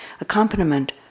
accompaniment